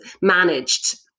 managed